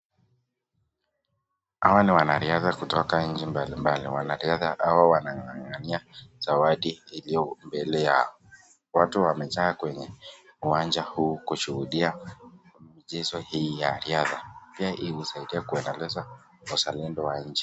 Hawa ni wanariadha kutoka nchi mbalimbali. Wanariadha hawa wanang'ang'ania zawadi iliyo mbele yao. Watu wamejaa kwenye uwanja huu kushuhudia michezo hii ya riadha. Pia hii husaidia kuendeleza uzalendo wa nchi.